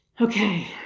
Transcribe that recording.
Okay